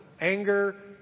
anger